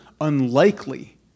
unlikely